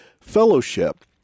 fellowship